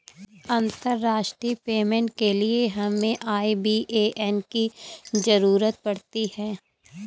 अंतर्राष्ट्रीय पेमेंट के लिए हमें आई.बी.ए.एन की ज़रूरत पड़ती है